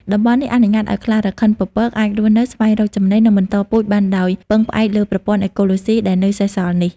តំបន់នេះអនុញ្ញាតឲ្យខ្លារខិនពពកអាចរស់នៅ ស្វែងរកចំណី និងបន្តពូជបានដោយពឹងផ្អែកលើប្រព័ន្ធអេកូឡូស៊ីដែលនៅសេសសល់នេះ។